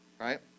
right